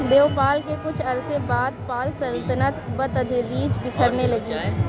دیوپال کے کچھ عرصے بعد پال سلطنت بتدریج بکھرنے لگی